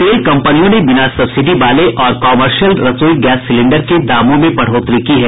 तेल कम्पनियों ने बिना सब्सिडी वाले और कॉमर्शियल रसोई गैस सिलेंडर के दामों में बढ़ोतरी की है